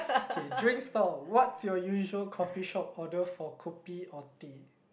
K drink stall what's your usual coffee shop order for kopi or tea